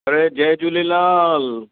जय जय झूलेलाल